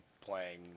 playing